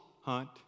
hunt